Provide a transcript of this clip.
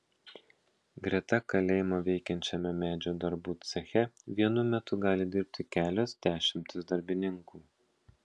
greta kalėjimo veikiančiame medžio darbų ceche vienu metu gali dirbti kelios dešimtys darbininkų